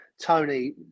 tony